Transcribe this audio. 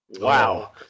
Wow